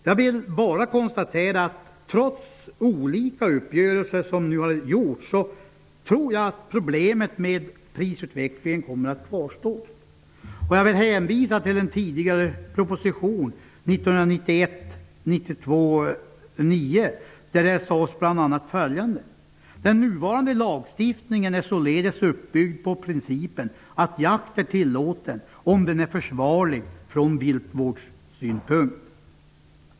Jag tror att problemen med prisutvecklingen kommer att kvarstå trots de uppgörelser som gjorts. Jag vill hänvisa till en tidigare proposition, 1991/92:9, där det sades att den nuvarande lagstiftningen är uppbyggd på principen att jakt är tillåten om den är försvarlig från viltvårdssynpunkt.